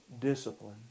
discipline